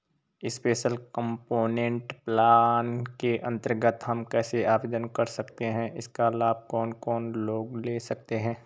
Special component plan के अन्तर्गत हम कैसे आवेदन कर सकते हैं इसका लाभ कौन कौन लोग ले सकते हैं?